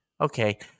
okay